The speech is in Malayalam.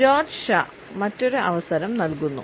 ജോർജ്ജ് ഷാ മറ്റൊരു അവസരം നൽകുന്നു